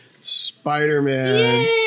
Spider-Man